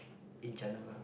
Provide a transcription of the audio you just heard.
in general